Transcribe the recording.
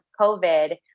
COVID